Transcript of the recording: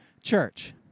church